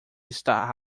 estar